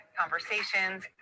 conversations